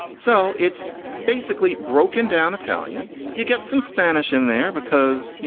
so it's basically broken down italian. you get some spanish in there because, you